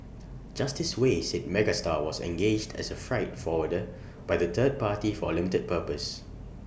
Justice Wei said Megastar was engaged as A freight forwarder by the third party for A limited purpose